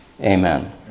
amen